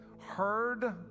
heard